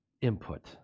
input